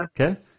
Okay